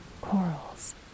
corals